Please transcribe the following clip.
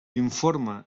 informa